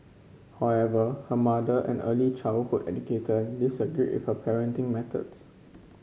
however her mother an early childhood educator disagreed with her parenting methods